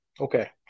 Okay